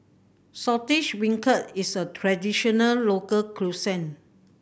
Saltish Beancurd is a traditional local cuisine